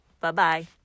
Bye-bye